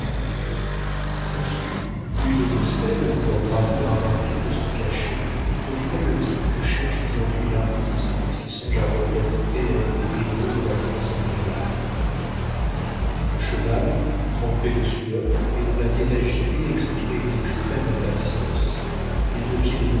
sa figure une de celles que la bravoure a marquées de son cachet offrait le type que cherche aujourd'hui l'artiste quand il songe à représenter un des héros de la france impériale le cheval trempé de sueur et dont la tête agitée exprimait une extrême impatience les deux pieds